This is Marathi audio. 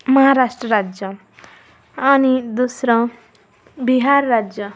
महाराष्ट्र राज्य आणि दुसरं बिहार राज्य